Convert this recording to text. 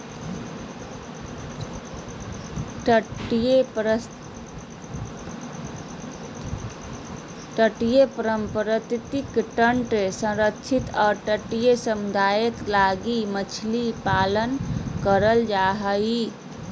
तटीय पारिस्थितिक तंत्र के संरक्षित और तटीय समुदाय लगी मछली पालन करल जा हइ